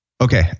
Okay